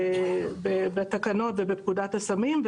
בתקנות ובפקודת הסמים,